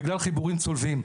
בגלל חיבורים צולבים.